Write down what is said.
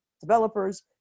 developers